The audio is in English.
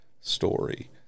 story